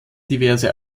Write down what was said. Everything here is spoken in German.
diverse